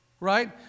Right